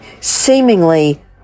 seemingly